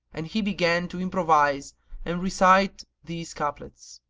and he began to improvise and recited these couplets,